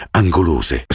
angolose